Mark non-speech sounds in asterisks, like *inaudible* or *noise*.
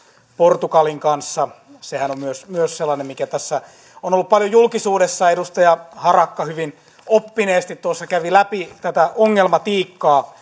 portugalin kanssa sehän on myös myös sellainen mikä tässä on ollut paljon julkisuudessa edustaja harakka hyvin oppineesti tuossa kävi läpi tätä ongelmatiikkaa *unintelligible*